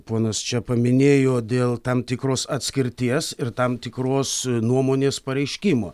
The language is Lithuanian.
ponas čia paminėjo dėl tam tikros atskirties ir tam tikros nuomonės pareiškimo